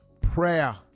Prayer